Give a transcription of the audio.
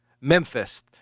Memphis